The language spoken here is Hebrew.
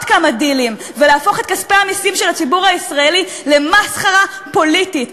כמה דילים ולהפוך את כספי המסים של הציבור הישראלי למסחרה פוליטית,